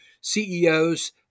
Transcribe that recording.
CEOs